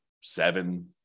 seven